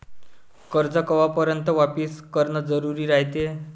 कर्ज कवापर्यंत वापिस करन जरुरी रायते?